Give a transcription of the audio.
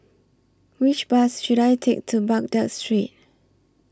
Which Bus should I Take to Baghdad Street